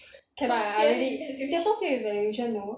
cannot lah I really they are so fake with the evaluation though